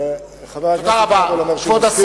חבר הכנסת כבל אומר שהוא מסכים.